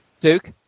Duke